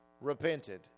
repented